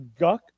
guck